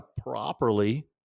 properly